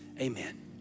amen